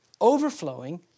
overflowing